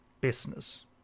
business